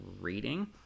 reading